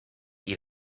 eat